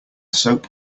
soap